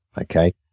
Okay